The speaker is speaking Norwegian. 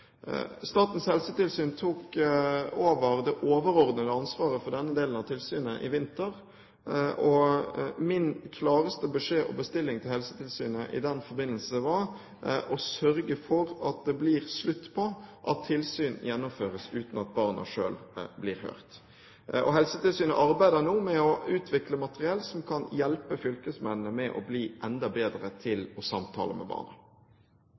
Statens helsetilsyn tok over det overordnede ansvaret for denne delen av tilsynet i vinter. Min klareste beskjed og bestilling til Helsetilsynet i den forbindelse var å sørge for at det blir slutt på at tilsyn gjennomføres uten at barna selv blir hørt. Helsetilsynet arbeider nå med å utvikle materiell som kan hjelpe fylkesmennene med å bli enda bedre til å samtale med barna.